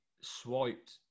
swiped